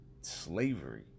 slavery